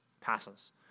passes